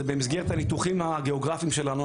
זה במסגרת הגיאוגרפיים שלנו,